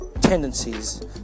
tendencies